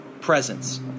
presence